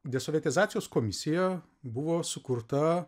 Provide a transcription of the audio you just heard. desovietizacijos komisija buvo sukurta